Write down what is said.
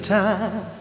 time